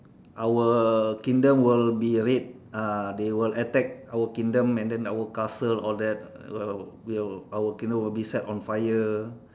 our kingdom will be raid uh they will attack our kingdom and then our castle all that will will our kingdom will be set on fire